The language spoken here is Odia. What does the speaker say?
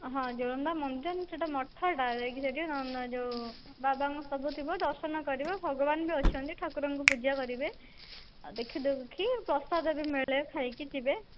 ହଁ ଯୋରନ୍ଦା ମନ୍ଦିର ନୁହେଁ ମଠଟା ଯାଇକି ସେଠି ଯେଉଁ ବାବାଙ୍କ ସବୁ ଥିବ ଦର୍ଶନ କରିବ ଭଗବାନ ବି ଅଛନ୍ତି ଠାକୁରଙ୍କୁ ପୂଜା କରିବେ ଦେଖି ଦେଖି ପ୍ରସାଦ ବି ମିଳେ ଖାଇକି ଯିବେ